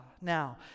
Now